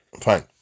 Fine